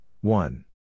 one